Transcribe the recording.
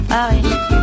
Paris